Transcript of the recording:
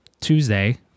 tuesday